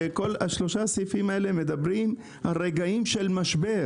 כל שלושת הסעיפים האלה מדברים על רגעים של משבר.